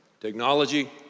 Technology